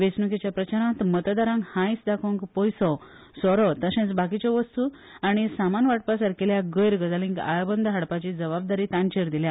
वेचणूकेच्या प्रचारात मतदारांक हांयस दाखोवंक पैसो सोरो तशेच बाकीच्यो वस्तु आनी समान वाटपासारखेल्या गैर गजालींक आळाबंद हाडपाची जबाबदारी तांचेर दिल्या